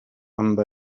amb